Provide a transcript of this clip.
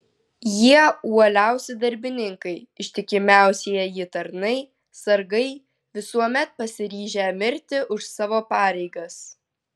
jie uoliausi darbininkai ištikimiausieji tarnai sargai visuomet pasiryžę mirti už savo pareigas